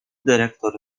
dyrektor